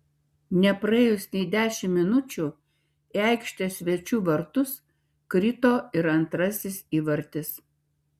nepraėjus nei dešimt minučių į aikštės svečių vartus krito ir antrasis įvartis